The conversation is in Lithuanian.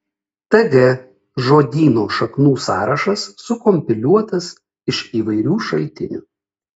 tg žodyno šaknų sąrašas sukompiliuotas iš įvairių šaltinių